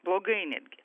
blogai netgi